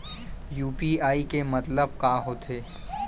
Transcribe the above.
UPI के मतलब का होथे?